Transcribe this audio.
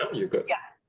you're good! yeah